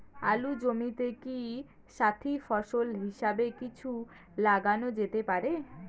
আলুর জমিতে কি সাথি ফসল হিসাবে কিছু লাগানো যেতে পারে?